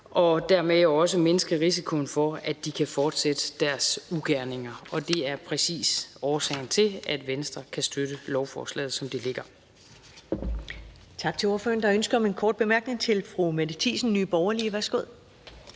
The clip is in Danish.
og dermed også mindske risikoen for, at de kan fortsætte deres ugerninger. Det er præcis årsagen til, at Venstre kan støtte lovforslaget, som det ligger.